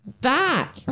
back